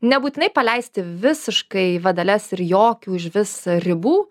nebūtinai paleisti visiškai vadeles ir jokių išvis ribų